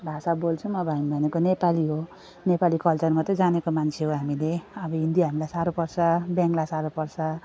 भाषा बोल्छौँ अब हामी भनेको नेपाली हो नेपाली कल्चर मात्रै जानेको मान्छे हो हामीले अब हिन्दी हामीलाई साह्रो पर्छ बङ्गला साह्रो पर्छ